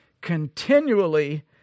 continually